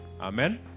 Amen